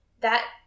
That